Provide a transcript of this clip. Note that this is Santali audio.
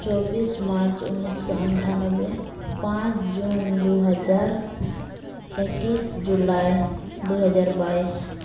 ᱪᱚᱵᱵᱤᱥ ᱢᱟᱨᱪ ᱩᱱᱤᱥᱥᱚ ᱟᱴᱷᱟᱱᱚᱵᱵᱳᱭ ᱯᱟᱸᱪ ᱡᱩᱱ ᱫᱩ ᱦᱟᱡᱟᱨ ᱮᱠᱩᱥ ᱡᱩᱞᱟᱭ ᱫᱩ ᱦᱟᱡᱟᱨ ᱵᱟᱭᱤᱥ